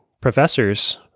professors